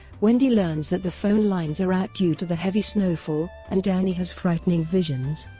wendy learns that the phone lines are out due to the heavy snowfall, and danny has frightening visions.